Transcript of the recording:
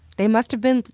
they must have been,